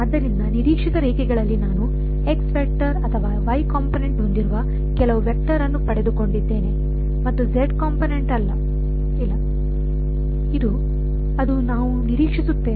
ಆದ್ದರಿಂದ ನಿರೀಕ್ಷಿತ ರೇಖೆಗಳಲ್ಲಿ ನಾನು x ವೆಕ್ಟರ್ ಅಥವಾ y ಕಾಂಪೊನೆಂಟ್ ಹೊಂದಿರುವ ಕೆಲವು ವೆಕ್ಟರ್ ಅನ್ನು ಪಡೆದುಕೊಂಡಿದ್ದೇನೆ ಮತ್ತು z ಕಾಂಪೊನೆಂಟ್ ಇಲ್ಲ ಅದು ನಾವು ನಿರೀಕ್ಷಿಸುತ್ತೇವೆ